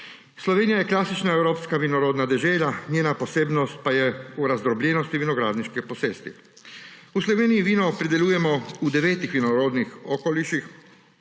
Slovenija je klasična evropska vinorodna dežela, njena posebnost pa je v razdrobljenosti vinogradniške posesti. V Sloveniji vino pridelujemo v devetih vinorodnih okoliših,